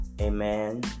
Amen